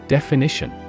Definition